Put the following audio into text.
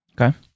Okay